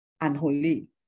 unholy